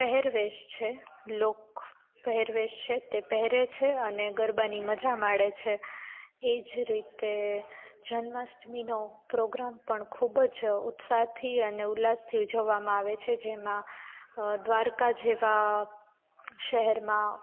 પહેરવેશ છે લોક પહેરવેશ છે તે પેહરે છે અને ગરબાની મજા માણે છે એ જ રીતે જન્માષ્ટમીનો પ્રોગ્રામ પણ ખૂબ જ ઉત્સાહથી અને ઉલ્લાસથી ઉજવામાં આવે છે જેમાં દ્વારકા જેવાં શહેરમાં